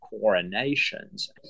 coronations